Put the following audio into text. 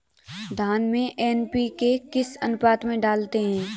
धान में एन.पी.के किस अनुपात में डालते हैं?